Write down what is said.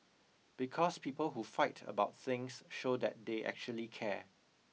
because people who fight about things show that they actually care